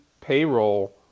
payroll